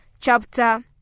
chapter